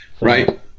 Right